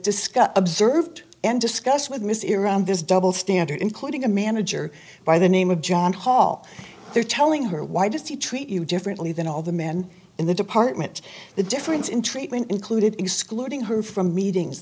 discuss observed and discussed with mr iran this double standard including a manager by the name of john hall there telling her why does he treat you differently than all the men in the department the difference in treatment included excluding her from meetings